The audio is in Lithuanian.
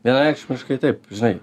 vienareikšmiškai taip žinai